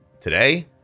Today